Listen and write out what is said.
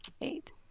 eight